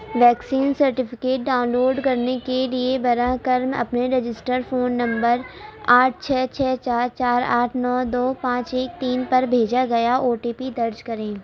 vaccine certificate download کرنے کے لیے براہ کرم اپنے رجسٹر فون نمبر آٹھ چھ چھ چار چار آٹھ نو دو پانچ ایک تین پر بھیجا گیا او ٹی پی درج کریں